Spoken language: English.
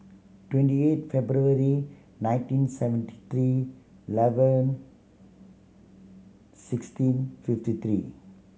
twenty eight February nineteen seventy three eleven sixteen fifty three